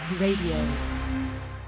Radio